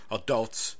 adults